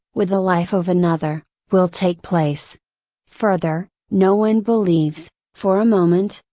with the life of another, will take place further, no one believes, for a moment,